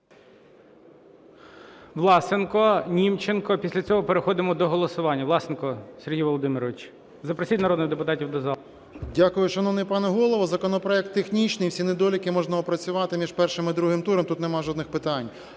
Власенко, Німченко, після цього переходимо до голосування. Власенко Сергій Володимирович. Запросіть народних депутатів до зали. 11:22:29 ВЛАСЕНКО С.В. Дякую, шановний пане Голово. Законопроект технічний, і всі недоліки можна доопрацювати між першим і другим туром, тут нема жодних питань.